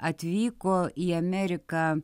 atvyko į ameriką